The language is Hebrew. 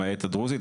למעט הדרוזית.